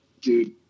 dude